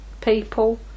people